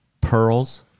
Pearls